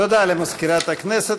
תודה למזכירת הכנסת.